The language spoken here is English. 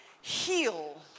heal